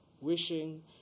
Wishing